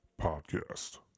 podcast